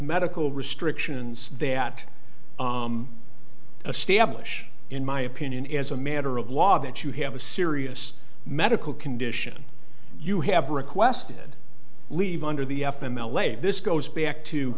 medical restrictions that a stablish in my opinion as a matter of law that you have a serious medical condition you have requested leave under the f m l a this goes back to